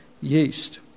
yeast